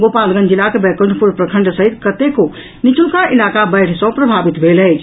गोपालगंज जिलाक बैकुंठपुर प्रखंड सहित कतेको निचुलका इलाका बाढ़ि सॅ प्रभावित भेल अछि